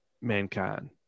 mankind